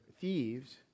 thieves